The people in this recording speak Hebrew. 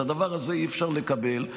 את הדבר הזה אי-אפשר לקבל.